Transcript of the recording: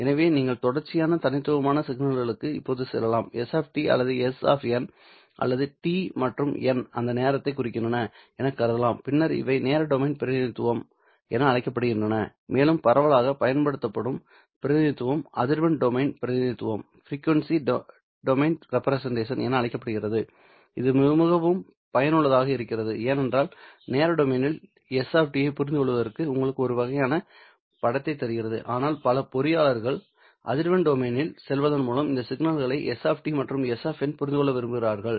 எனவே நீங்கள் தொடர்ச்சியான தனித்துவமான சிக்னல்களுக்கு இப்போது செல்லலாம் s அல்லது s அல்லது t மற்றும் n அந்த நேரத்தைக் குறிக்கின்றன என்று கருதுவதால் பின்னர் இவை நேர டொமைன் பிரதிநிதித்துவம் என அழைக்கப்படுகின்றன மேலும் பரவலாகப் பயன்படுத்தப்படும் பிரதிநிதித்துவம் அதிர்வெண் டொமைன் பிரதிநிதித்துவம் என அழைக்கப்படுகிறது இது மிகவும் பயனுள்ளதாக இருக்கிறதுஏனென்றால் நேர டொமைன்னில் s ஐ புரிந்துகொள்வதற்கு உங்களுக்கு ஒரு வகையான படத்தை தருகிறது ஆனால் பல பொறியாளர்கள் அதிர்வெண் டொமைன்னில் செல்வதன் மூலம் இந்த சிக்னல்களை s மற்றும் s புரிந்து கொள்ள விரும்புகிறார்கள்